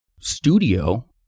studio